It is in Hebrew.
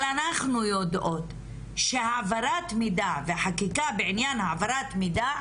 אבל אנחנו יודעות שהעברת מידע וחקיקה בעניין העברת מידע,